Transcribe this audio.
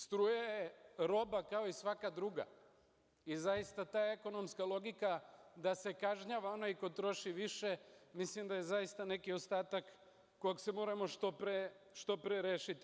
Struja je roba kao i svaka druga i zaista ta ekonomska logika da se kažnjava onaj ko troši više, mislim da je zaista neki ostatak kog se moramo što pre rešiti.